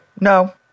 no